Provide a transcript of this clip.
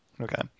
okay